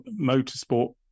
motorsport